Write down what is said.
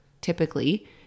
typically